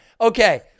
Okay